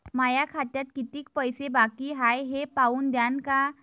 माया खात्यात कितीक पैसे बाकी हाय हे पाहून द्यान का?